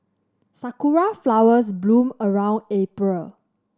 sakura flowers bloom around April